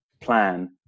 plan